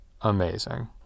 amazing